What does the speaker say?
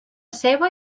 ceba